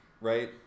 right